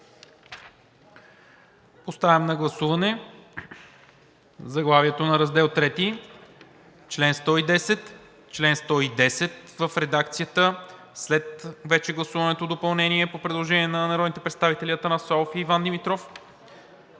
Поставям на гласуване заглавието на Раздел III, чл. 110 – чл. 110 в редакцията след вече гласуваното допълнение по предложение на народните представители Атанас Славов и Иван Димитров,